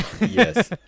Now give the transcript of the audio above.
Yes